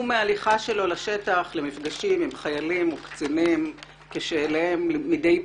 מהליכה שלו לשטח ומפגשיו עם קצינים וחיילים כשאליהם מדי פעם,